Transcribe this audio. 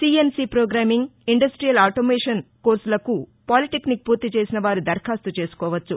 CNC programming industrial automation కోర్సులకు polytechnic పూర్తి చేసిన వారు దరఖాస్తు చేసుకోవచ్చు